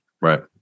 Right